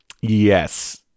yes